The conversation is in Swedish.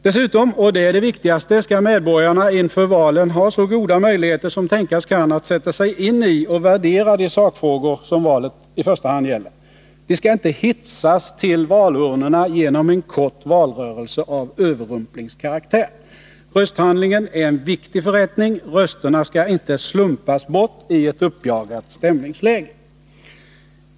Dessutom — och det är det viktigaste — skall medborgarna inför valen ha så goda möjligheter som tänkas kan när det gäller att sätta sig in i och att värdera de sakfrågor som valet i första hand gäller. De skall inte hetsas till valurnorna genom en kort valrörelse av överrumplingskaraktär. Rösthandlingen är en viktig förrättning. Rösterna skall inte slumpas bort i ett uppjagat stämningsläge.